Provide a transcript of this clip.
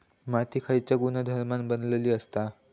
माती खयच्या गुणधर्मान बनलेली असता?